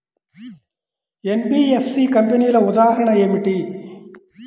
NBFC కంపెనీల ఉదాహరణ ఏమిటి?